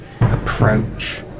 approach